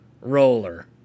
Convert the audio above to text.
Roller